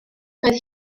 doedd